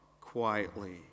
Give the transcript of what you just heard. quietly